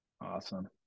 Awesome